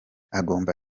agomba